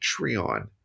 Patreon